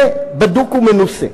זה בדוק ומנוסה.